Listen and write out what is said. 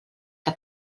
que